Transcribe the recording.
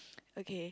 okay